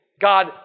God